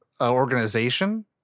organization